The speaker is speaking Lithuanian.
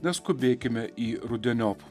neskubėkime į rudeniop